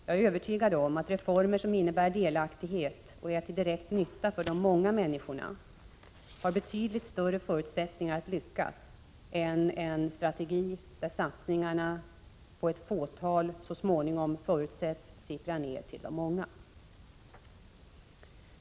Jag är övertygad om att reformer som innebär delaktighet och är till direkt nytta för de många människorna har betydligt större förutsättningar att lyckas än en strategi där satsningar på ett fåtal förutsätts sippra ned till de många så småningom.